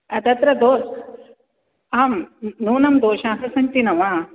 तत्र दो आम् नूनं दोषाः सन्ति न वा